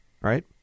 right